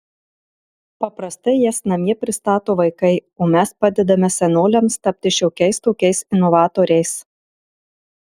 paprastai jas namie pristato vaikai o mes padedame senoliams tapti šiokiais tokiais inovatoriais